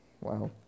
wow